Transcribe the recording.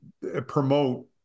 promote